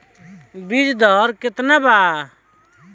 बीज दर केतना बा?